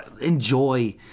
enjoy